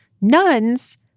nuns